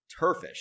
turfish